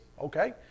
okay